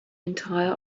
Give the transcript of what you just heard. entire